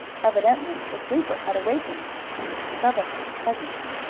evidently the sleeper had awakened and discovered his presence.